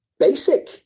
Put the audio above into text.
basic